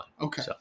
Okay